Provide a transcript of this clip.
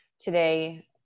today